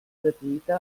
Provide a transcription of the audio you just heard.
gratuïta